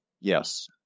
Yes